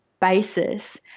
basis